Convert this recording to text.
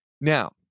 Now